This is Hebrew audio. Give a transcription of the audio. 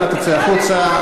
אנא תצא החוצה.